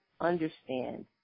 understand